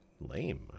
Lame